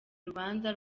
urubanza